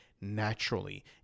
naturally